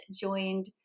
joined